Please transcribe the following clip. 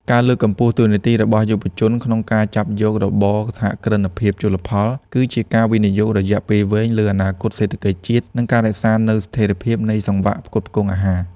ការលើកកម្ពស់តួនាទីរបស់យុវជនក្នុងការចាប់យករបរសហគ្រិនភាពជលផល គឺជាការវិនិយោគរយៈពេលវែងលើអនាគតសេដ្ឋកិច្ចជាតិ និងការរក្សានូវស្ថិរភាពនៃសង្វាក់ផ្គត់ផ្គង់អាហារ។